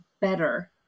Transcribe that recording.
better